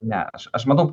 ne aš aš manau